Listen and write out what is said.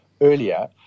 earlier